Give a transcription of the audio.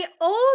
old